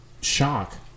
shock